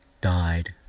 died